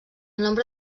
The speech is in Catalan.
nombre